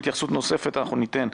התייחסות נוספת אנחנו ניתן.